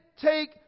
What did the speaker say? take